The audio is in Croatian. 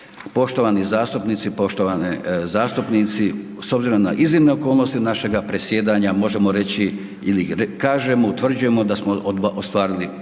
Poštovani zastupnici, poštovane zastupnici, s obzirom na iznimne okolnosti našega presjedanja možemo reći ili kažemo, utvrđujemo da smo ostvarili odlične